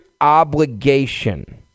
obligation